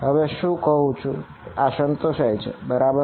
હવે શું હું કહી શકું કે આ સંતોષાય છે બરાબર